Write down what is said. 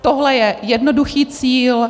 Tohle je jednoduchý cíl.